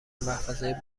محفظه